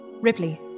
Ripley